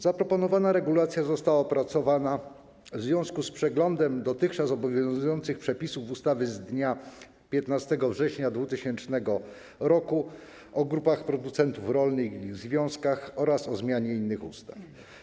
Zaproponowana regulacja została opracowana w związku z przeglądem dotychczas obowiązujących przepisów ustawy z dnia 15 września 2000 r. o grupach producentów rolnych i ich związkach oraz o zmianie innych ustaw.